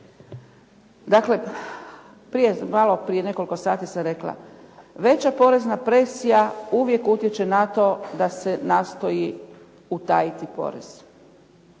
Dakle, prije nekoliko sati sam rekla, veća porezna presija uvijek utječe na to da se nastoji utajiti porez.